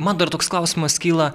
man dar toks klausimas kyla